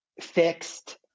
fixed